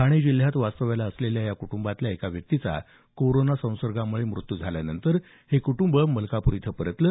ठाणे जिल्ह्यात वास्तव्यास असलेल्या या कुटुंबातल्या एका व्यक्तीचा कोरोना संसर्गामुळे मृत्यू झाल्यानंतर हे कुटुंब मलकापूर इथं परतलं